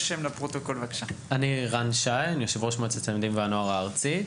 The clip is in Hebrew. אני יושב ראש מועצת התלמידים והנוער הארצית.